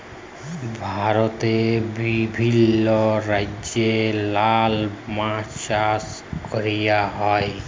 ভারতে বিভিল্য রাজ্যে লালা মাছ চাষ ক্যরা হ্যয়